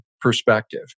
perspective